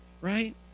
right